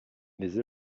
les